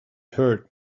hurt